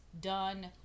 done